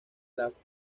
las